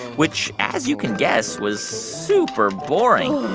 which, as you can guess, was super boring.